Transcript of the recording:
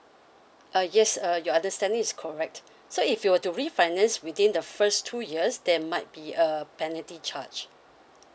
uh yes uh your understanding is correct so if you were to refinance within the first two years there might be a penalty charge